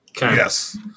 Yes